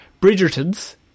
Bridgerton's